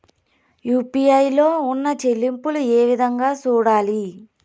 UPI లో ఉన్న చెల్లింపులు ఏ విధంగా సూడాలి